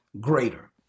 Greater